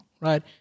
right